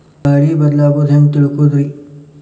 ಗಾಳಿ ಬದಲಾಗೊದು ಹ್ಯಾಂಗ್ ತಿಳ್ಕೋಳೊದ್ರೇ?